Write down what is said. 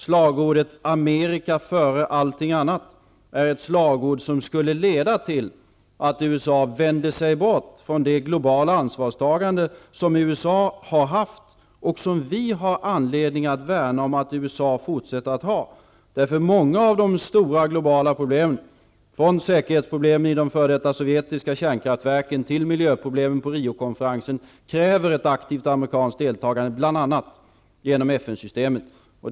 Slagordet Amerika före allting annat skulle leda till att USA vände sig bort från det globala ansvarstagande som man har haft. Vi har anledning att värna om att USA fortsätter att ha det. Många av de stora globala problemen -- från säkerhetsproblem i de f.d. sovjetiska kärnkraftverken till miljöproblemen på Riokonferensen -- kräver ett aktivt amerikanskt deltagande, bl.a. genom FN-systemet.